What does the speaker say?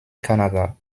canada